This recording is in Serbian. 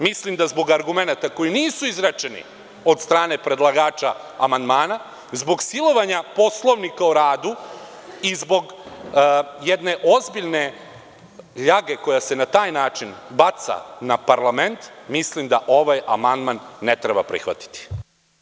Mislim da zbog argumenata koji nisu izrečeni od strane predlagača amandmana, zbog silovanja Poslovnika o radu, i zbog jedne ozbiljne ljage koja se na taj način baca na parlament, mislim da ovaj amandman ne treba prihvatiti.